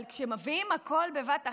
אבל כשמביאים הכול בבת אחת,